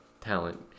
talent